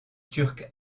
turcs